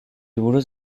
buruz